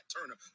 Turner